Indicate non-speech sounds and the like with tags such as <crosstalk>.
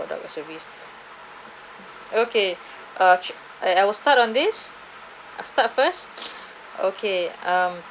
product or service okay <noise> I I will start on this I start first <noise> okay um